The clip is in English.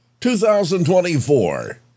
2024